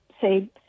say